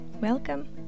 Welcome